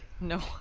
No